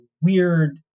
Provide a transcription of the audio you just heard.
weird